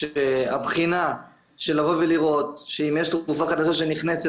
הבחינה של לבוא ולראות אם יש תרופה חדשה שנכנסת